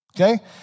Okay